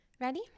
Ready